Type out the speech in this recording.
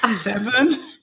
Seven